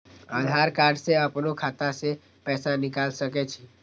आधार कार्ड से अपनो खाता से पैसा निकाल सके छी?